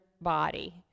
body